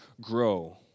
grow